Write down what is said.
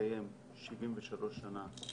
מתקיים 73 שנה.